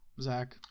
Zach